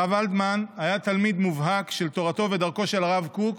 הרב ולדמן היה תלמיד מובהק של תורתו ודרכו של הרב קוק